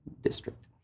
district